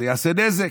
זה יעשה נזק.